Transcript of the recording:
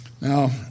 Now